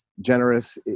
Generous